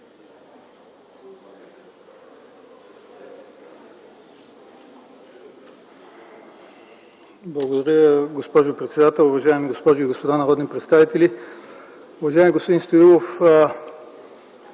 Благодаря, госпожо председател. Уважаеми госпожи и господа народни представители! Уважаеми господин Стоилов,